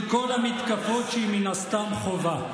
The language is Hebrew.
מול כל המתקפות שהיא מן הסתם חווה.